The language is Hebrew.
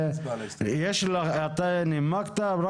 אם יש לך נוסח, תעביר אותו בבקשה.